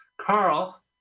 Carl